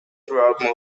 throughout